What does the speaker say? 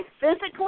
physically